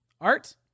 Art